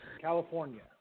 California